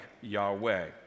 Yahweh